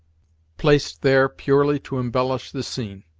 placed there purely to embellish the scene.